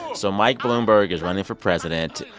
so mike bloomberg is running for president.